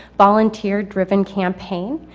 volunteer driven campaign.